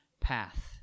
path